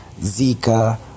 Zika